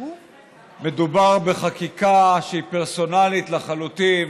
מדובר בחקיקה שהיא פרסונלית לחלוטין,